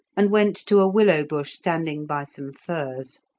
and went to a willow bush standing by some furze.